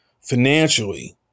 financially